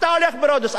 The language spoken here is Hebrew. אתה הולך ברודוס,